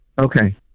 Okay